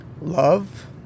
love